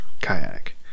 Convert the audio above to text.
Kayak